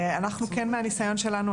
מהניסיון שלנו,